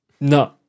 No